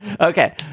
Okay